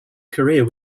career